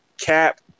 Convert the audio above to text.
Cap